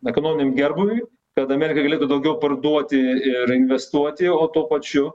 ekonominiam gerbūviui kad amerika galėtų daugiau parduoti ir investuoti o tuo pačiu